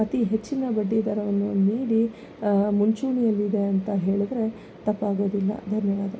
ಅತೀ ಹೆಚ್ಚಿನ ಬಡ್ಡಿ ದರವನ್ನು ನೀಡಿ ಮುಂಚೂಣಿಯಲ್ಲಿದೆ ಅಂತ ಹೇಳಿದ್ರೆ ತಪ್ಪಾಗೋದಿಲ್ಲ ಧನ್ಯವಾದ